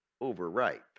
overripe